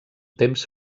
temps